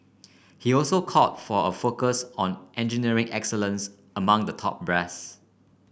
he also called for a focus on engineering excellence among the top brass